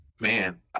Man